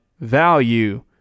value